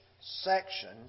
section